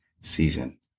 season